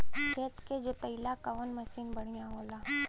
खेत के जोतईला कवन मसीन बढ़ियां होला?